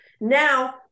Now